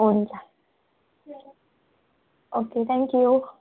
हुन्छ okay thank you